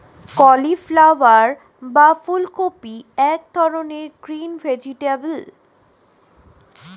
cauliflower বা ফুলকপি এক ধরনের গ্রিন ভেজিটেবল